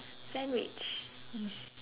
sandwich